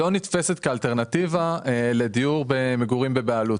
בישראל לא נתפסת כאלטרנטיבה למגורים בבעלות.